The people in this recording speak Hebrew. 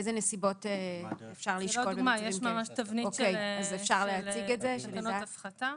יש ממש תבנית של תקנות הפחתה.